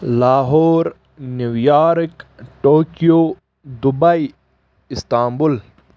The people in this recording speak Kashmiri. Lahore New York Tokyo Dubai Istanbul